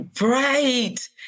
Right